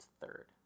third